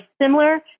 similar